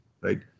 right